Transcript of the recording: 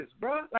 bro